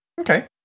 okay